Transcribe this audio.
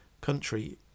country